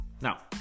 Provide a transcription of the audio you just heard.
Now